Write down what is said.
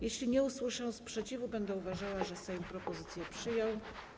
Jeśli nie usłyszę sprzeciwu, będę uważała, że Sejm propozycję przyjął.